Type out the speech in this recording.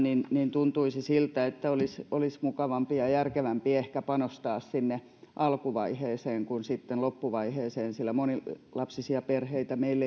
tuntuisi siltä että olisi mukavampi ja ja järkevämpi panostaa ehkä sinne alkuvaiheeseen kuin sitten loppuvaiheeseen sillä monilapsisia perheitä meillä